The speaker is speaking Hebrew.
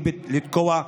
בבקשה,